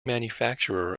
manufacturer